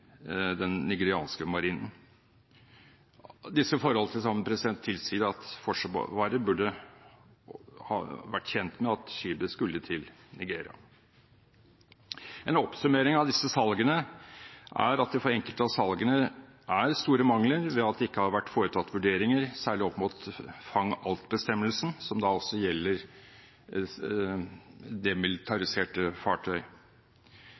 den nigerianske marinen. Disse forhold til sammen tilsier at Forsvaret burde ha vært kjent med at skipet skulle til Nigeria. En oppsummering av disse salgene er at det for enkelte av salgene er store mangler i form av at det ikke har vært foretatt vurderinger, særlig opp mot fang-alt-bestemmelsen, som gjelder demilitariserte fartøy. Og det